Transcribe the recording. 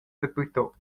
dapertut